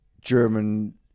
German